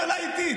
היא עולה איתי,